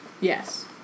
yes